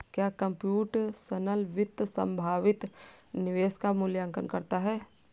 क्या कंप्यूटेशनल वित्त संभावित निवेश का मूल्यांकन करता है?